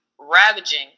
ravaging